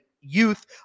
youth